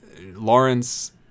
Lawrence